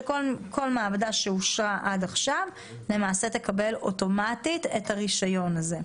שכל מעבדה שאושרה עד עכשיו למעשה תקבל אוטומטית את הרישיון הזה.